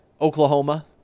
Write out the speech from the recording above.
Oklahoma